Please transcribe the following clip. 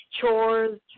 chores